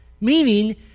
meaning